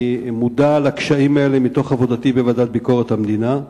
אני מודע לקשיים האלה מתוך עבודתי בוועדת ביקורת המדינה,